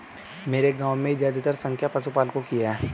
मेरे गांव में ज्यादातर संख्या पशुपालकों की है